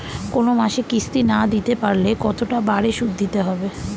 কোন মাসে কিস্তি না দিতে পারলে কতটা বাড়ে সুদ দিতে হবে?